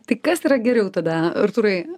tai kas yra geriau tada artūrai